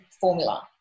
formula